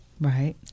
Right